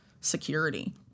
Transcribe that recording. security